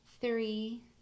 three